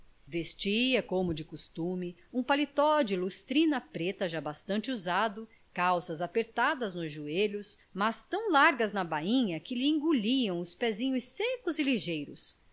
vestia como de costume um paletó de lustrina preta já bastante usado calças apertadas nos joelhos mas tão largas na bainha que lhe engoliam os pezinhos secos e ligeiros